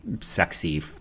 sexy